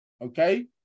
Okay